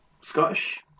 Scottish